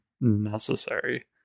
necessary